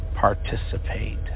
participate